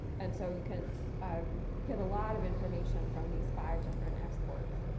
and so you can get a lot of information from these five different exports.